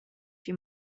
few